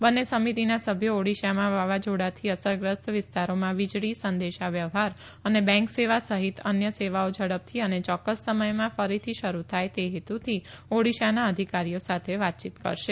બંને સમિતિના સભ્યો ઓડિશામાં વાવાઝોડાથી અસરગ્રસ્ત વિસ્તારોમાં વિજળી સંદેશાવ્યવહાર અને બેન્ક સેવા સહિત અન્ય સેવાઓ ઝડપથી અને ચોક્કસ સમયમાં ફરીથી શરૂ થાય તે હેતુથી ઓડીશાના અધિકારીઓ સાથે વાતચીત કરશે